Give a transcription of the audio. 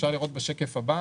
אפשר לראות בשקף הבא